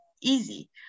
easy